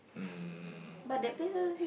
um